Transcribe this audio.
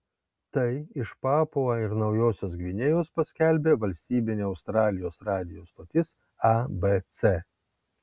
tai iš papua ir naujosios gvinėjos paskelbė valstybinė australijos radijo stotis abc